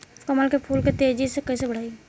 कमल के फूल के तेजी से कइसे बढ़ाई?